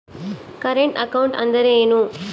Current account ಅಂದರೇನು?